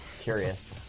curious